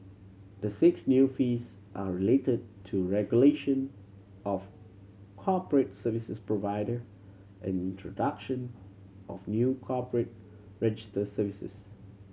the six new fees are related to regulation of corporate services provider and introduction of new corporate register services